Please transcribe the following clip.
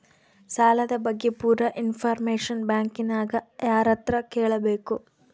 ಸಾಲದ ಬಗ್ಗೆ ಪೂರ ಇಂಫಾರ್ಮೇಷನ ಬ್ಯಾಂಕಿನ್ಯಾಗ ಯಾರತ್ರ ಕೇಳಬೇಕು?